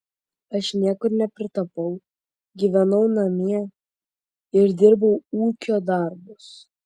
aš niekur nepritapau gyvenau namie ir dirbau ūkio darbus